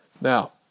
Now